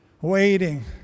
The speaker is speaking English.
waiting